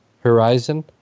Horizon